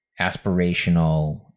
aspirational